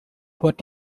what